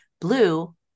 Blue